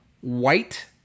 white